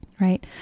Right